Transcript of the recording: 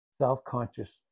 Self-conscious